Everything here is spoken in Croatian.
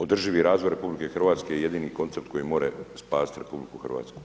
Održivi razvoj RH je jedini koncept koji može spasiti RH.